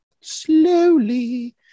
slowly